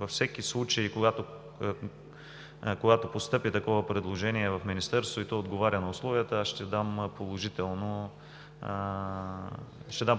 във всеки случай, когато постъпи такова предложение в Министерството и отговаря на условията, ще дам